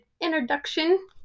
introduction